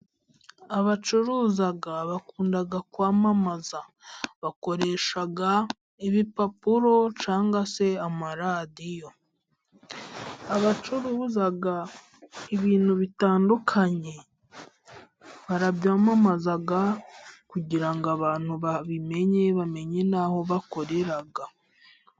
Abacuruza bakunda kwamamaza bakoresha ibipapuro cyangwa se amaradiyo. Abacuruza ibintu bitandukanye barabyamamaza kugira ngo abantu babimenye bamenye n'aho bakorera.